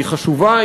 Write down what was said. היא חשובה,